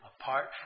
Apart